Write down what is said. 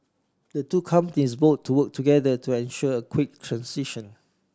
the two companies vowed to work together to ensure quick transition